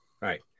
Right